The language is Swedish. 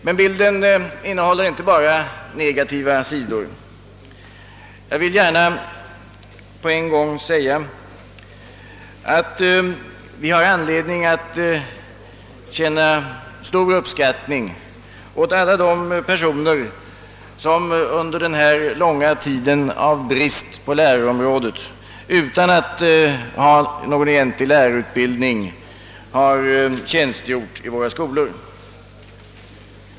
Men bilden innehåller inte bara negativa sidor, Jag vill gärna på en gång sä ga att vi har anledning att känna stor tacksamhet mot alla de personer, som under denna långa tid av brist på lärare utan att ha någon egentlig lärarutbildning har tjänstgjort vid våra skolor.